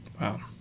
wow